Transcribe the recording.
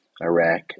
Iraq